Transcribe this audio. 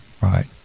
Right